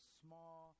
small